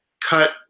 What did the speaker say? cut –